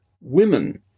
women